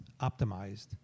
optimized